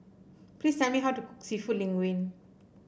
please tell me how to cook seafood Linguine